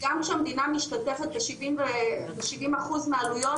גם כשהמדינה משתתפת ב-70 אחוז מהעלויות